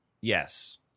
Yes